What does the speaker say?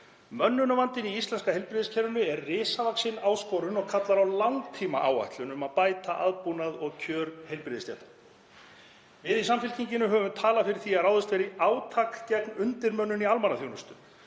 Mönnunarvandinn í íslenska heilbrigðiskerfinu er risavaxin áskorun og kallar á langtímaáætlun um að bæta aðbúnað og kjör heilbrigðisstétta. Við í Samfylkingunni höfum talað fyrir því að ráðist verði í átak gegn undirmönnun í almannaþjónustu